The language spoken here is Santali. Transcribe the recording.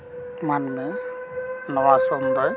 ᱢᱟᱹᱱᱢᱤ ᱱᱚᱣᱟ ᱥᱩᱱ ᱫᱚᱭ